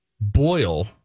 boil